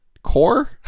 core